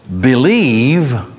believe